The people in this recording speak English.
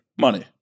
money